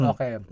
Okay